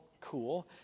cool